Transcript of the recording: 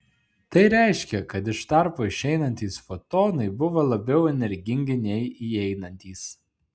tai reiškia kad iš tarpo išeinantys fotonai buvo labiau energingi nei įeinantys